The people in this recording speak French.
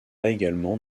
également